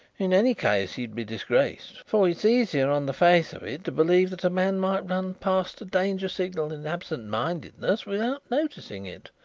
in any case he would be disgraced, for it is easier on the face of it to believe that a man might run past a danger signal in absentmindedness, without noticing it,